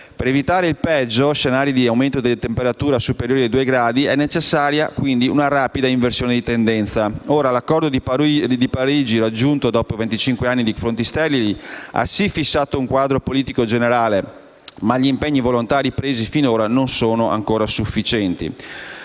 Per evitare il peggio - scenari di aumento della temperatura superiori ai due gradi centigradi - è necessaria una rapida inversione di tendenza. L'Accordo di Parigi, raggiunto dopo venticinque anni di confronti sterili, ha sì fissato un quadro politico generale, ma gli impegni volontari presi finora non sono ancora sufficienti.